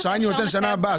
את ההרשאה אני נותן בשנה הבאה.